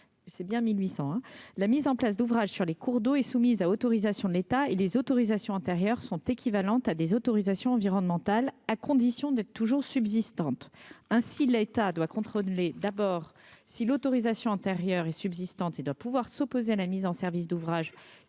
C'est bien 1800 hein, la mise en place d'ouvrages sur les cours d'eau et soumise à autorisation de l'État et les autorisations sont équivalentes à des autorisations environnementales à condition d'être toujours subsistent tente, ainsi, l'État doit contrôler d'abord si l'autorisation antérieure et subsistance et doit pouvoir s'opposer à la mise en service d'ouvrages